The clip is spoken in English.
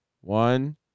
One